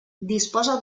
disposa